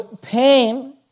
pain